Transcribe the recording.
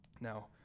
Now